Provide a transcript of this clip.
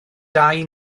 dau